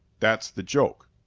that's the joke.